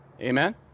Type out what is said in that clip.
Amen